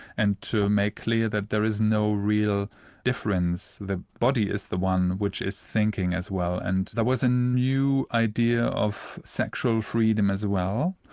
and to make clear that there is no real difference the body is the one which is thinking as well. and there was a new idea of sexual freedom as well,